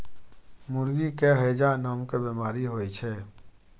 मुर्गी के हैजा नामके बेमारी होइ छै